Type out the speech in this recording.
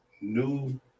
new